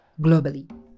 globally